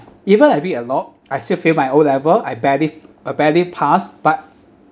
even I read a lot I still fail my O level I barely I barely pass but